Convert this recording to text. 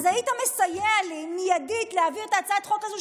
היית מסייע לי להעביר מיידית את הצעת החוק הזאת,